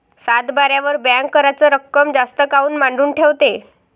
सातबाऱ्यावर बँक कराच रक्कम जास्त काऊन मांडून ठेवते?